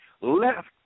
left